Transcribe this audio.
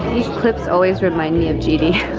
clips always remind me of judy.